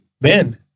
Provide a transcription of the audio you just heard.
Ben